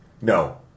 No